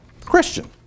Christian